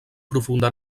profunda